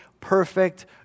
perfect